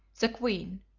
the queen.